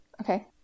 Okay